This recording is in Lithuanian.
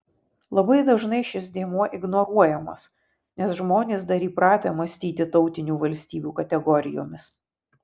labai dažnai šis dėmuo ignoruojamas nes žmonės dar įpratę mąstyti tautinių valstybių kategorijomis